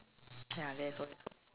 ya very